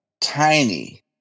tiny